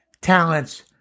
talents